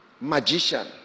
magician